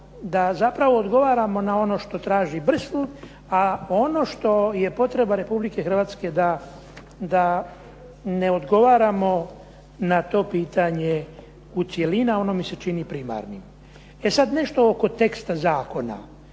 da zapravo odgovaramo na ono što traži Bruxelles, a ono što je potreba Republike Hrvatske da ne odgovaramo na to pitanje u cjelini, a ono mi se čini primarnim. E sad nešto oko teksta zakona.